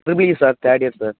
eee sir third year sir